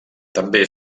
també